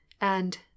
And—